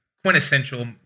quintessential